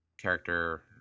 character